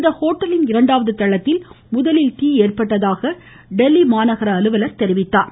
இந்த ஹோட்டலின் இரண்டாவது தளத்தில் முதலில் தீ ஏற்பட்டதாக டெல்லி மாநகர அலுவலர் தெரிவித்தார்